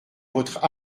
votre